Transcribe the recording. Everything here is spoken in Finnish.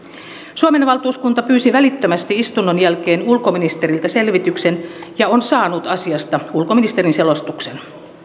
suomen valtuuskunta pyysi välittömästi istunnon jälkeen ulkoministeriltä selvityksen ja on saanut asiasta ulkoministerin selostuksen